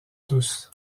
tous